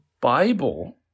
Bible